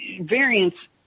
variants